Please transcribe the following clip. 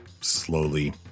slowly